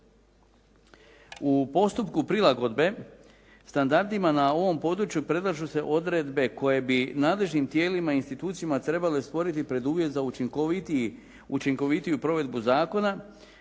U postupku prilagodbe standardima na ovom području predlažu se odredbe koje bi nadležnim tijelima i institucijama trebale stvoriti preduvjet za učinkovitiju provedbu zakona.